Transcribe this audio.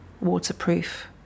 waterproof